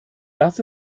das